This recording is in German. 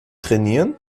trainieren